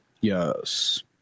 Yes